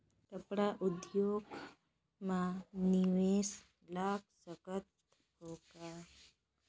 कपड़ा उद्योग म निवेश लगा सकत हो का?